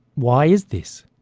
why is this?